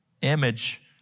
image